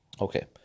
Okay